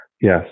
Yes